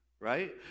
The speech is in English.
right